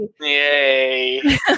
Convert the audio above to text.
yay